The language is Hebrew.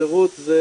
שירות זה